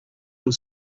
your